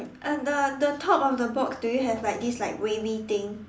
uh the the top of the box do you have like this like wavy thing